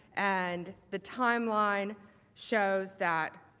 and the timeline shows that.